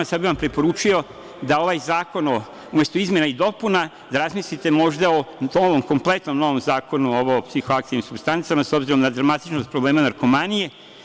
Sad bih vam preporučio da umesto izmena i dopuna, razmislite možda o kompletnom novom zakonu, ovo o psihoaktivnim supstancama, s obzirom na dramatičnost problema narkomanije.